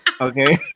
okay